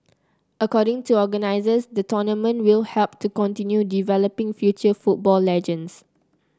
according to organisers the tournament will help to continue developing future football legends